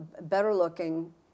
better-looking